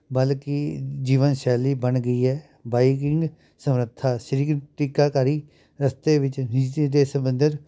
ਬਲਕਿ ਜੀਵਨ ਸ਼ੈਲੀ ਬਣ ਗਈ ਹੈ ਬਾਈਕਿੰਗ ਸਮਰੱਥਾ ਸ਼੍ਰੀ ਟੀਕਾਕਾਰੀ ਰਸਤੇ ਵਿੱਚ ਦੇ ਸਬੰਧਤ